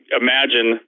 imagine